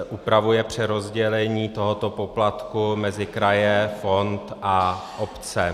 Upravuje přerozdělení tohoto poplatku mezi kraje, fond a obce.